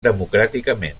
democràticament